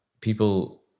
people